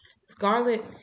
Scarlet